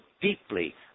deeply